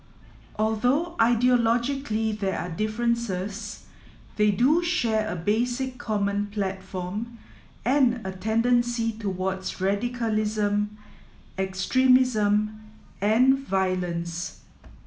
although ideologically there are differences they do share a basic common platform and a tendency towards radicalism extremism and violence